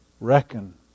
reckon